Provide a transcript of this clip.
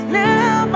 now